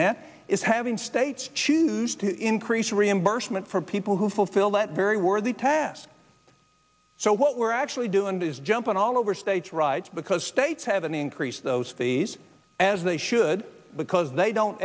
that is having states choose to increase reimbursement for people who fulfill that very worthy task so what we're actually doing is jumping all over states rights because states have an increase those fees as they should because they don't